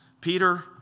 Peter